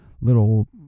little